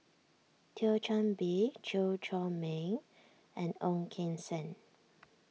Thio Chan Bee Chew Chor Meng and Ong Keng Sen